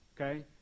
okay